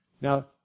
Now